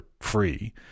free